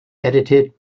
edited